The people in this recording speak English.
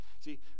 See